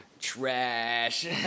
trash